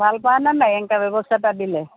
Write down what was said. ভাল পোৱা না নাই এনেকুৱা ব্যৱস্থা এটা দিলে